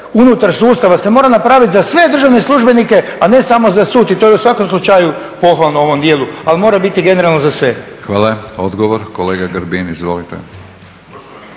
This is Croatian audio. unutar sustava se mora napraviti za sve državne službenike, a ne samo za sud. I to je u svakom slučaju pohvalno u ovom dijelu. Ali mora biti generalno za sve. **Batinić, Milorad (HNS)** Hvala. Odgovor, kolega Grbin. Izvolite.